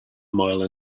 mile